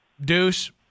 Deuce